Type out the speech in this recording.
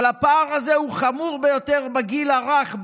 אבל הפער הזה הוא חמור ביותר בגיל הרך,